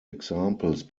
examples